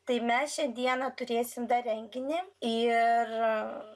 tai mes šiandieną turėsim dar renginį ir